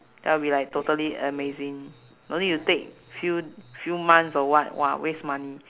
that will be like totally amazing don't need to take few few months or what !wah! waste money